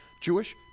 Jewish